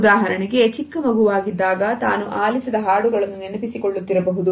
ಉದಾಹರಣೆಗೆ ಚಿಕ್ಕ ಮಗುವಾಗಿದ್ದಾಗ ತಾನು ಆಲಿಸಿದ ಹಾಡುಗಳನ್ನು ನೆನಪಿಸಿಕೊಳ್ಳುತ್ತಿರಬಹುದು